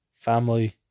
family